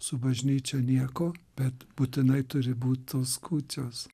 su bažnyčia nieko bet būtinai turi būt tos kūčios